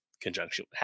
conjunction